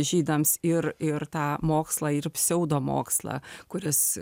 žydams ir ir tą mokslą ir pseudomokslą kuris